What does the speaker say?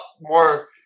more